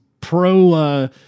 pro